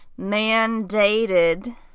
mandated